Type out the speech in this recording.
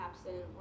absent